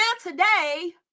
today